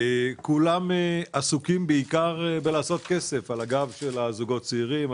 כולם עסוקים בעיקר בלעשות כסף על הגב של הזוגות הצעירים,